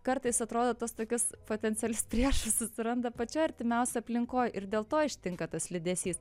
kartais atrodo tuos tokius potencialius priešus susiranda pačioj artimiausioj aplinkoj ir dėl to ištinka tas liūdesys